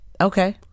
Okay